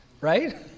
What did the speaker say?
right